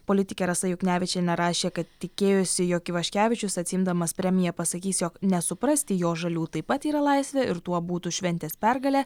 politikė rasa juknevičienė rašė kad tikėjosi jog ivaškevičius atsiimdamas premiją pasakys jog nesuprasti jo žalių taip pat yra laisvė ir tuo būtų šventęs pergalę